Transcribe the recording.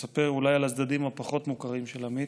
לספר אולי על הצדדים הפחות-מוכרים של עמית,